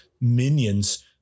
minions